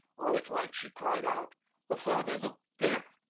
all at once she cried out oh, father, look there!